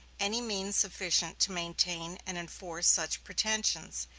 any means sufficient to maintain and enforce such pretensions,